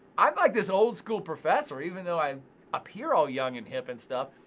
i'm like this old school professor, even though i appear all young and hip and stuff.